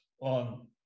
on